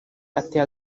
ateye